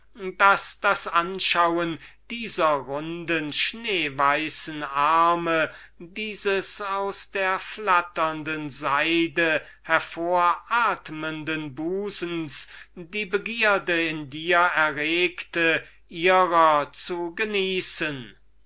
daß das anschauen dieser runden schneeweißen arme dieses aus der flatternden seide hervoratmenden busens die begierde in dir erregt ihrer zu genießen